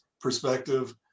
perspective